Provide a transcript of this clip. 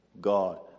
God